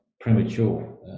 premature